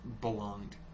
belonged